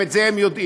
גם את זה הם יודעים.